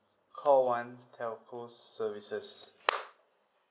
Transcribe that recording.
call one telco services